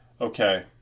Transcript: okay